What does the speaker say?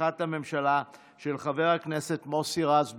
בתמיכת הממשלה, של חבר הכנסת מוסי רז.